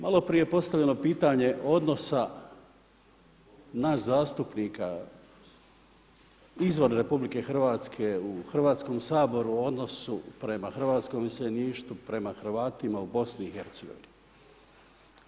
Maloprije je postavljeno pitanje odnosa nas zastupnika izvan RH u Hrvatskom saboru u odnosu prema hrvatskom iseljeništvu, prema Hrvatima u BiH-u.